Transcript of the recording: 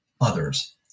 others